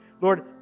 Lord